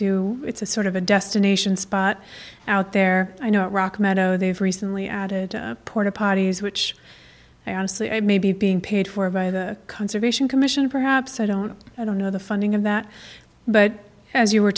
do it's a sort of a destination spot out there i know rock meadow they've recently added porta potties which i honestly i maybe being paid for by the conservation commission perhaps i don't i don't know the funding of that but as you were